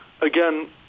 again